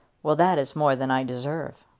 well that is more than i deserve.